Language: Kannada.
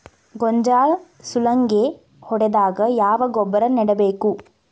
ಗೋಂಜಾಳ ಸುಲಂಗೇ ಹೊಡೆದಾಗ ಯಾವ ಗೊಬ್ಬರ ನೇಡಬೇಕು?